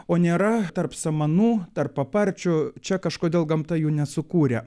o nėra tarp samanų tarp paparčių čia kažkodėl gamta jų nesukūrė